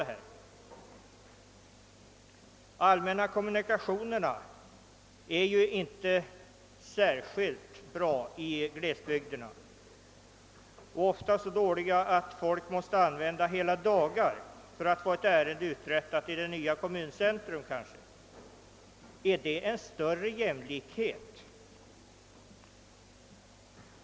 De allmänna kommunikationerna är inte särskilt bra i glesbygderna utan de är ofta så dåliga, att folk kanske måste använda hela dagar för att få ett ärende uträttat i det nya kommuncentrat. Blir detta större jämlikhet?